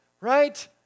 right